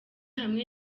hamwe